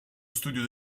studio